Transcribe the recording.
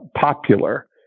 popular